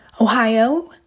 Ohio